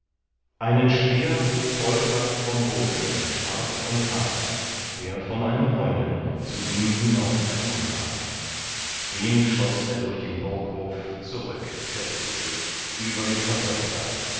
einen speer hob volker vom boden scharf und hart der von einem heunen zu ihm hinaufgeschossen ward den schoß er durch den burghof zurück kräftiglich über ihre häupter